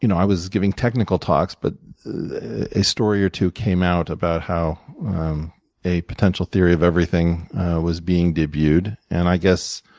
you know i was giving technical talks, but a story or two came out about how a potential theory of everything was being debuted. and i guess